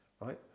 Right